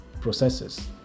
processes